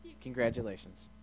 Congratulations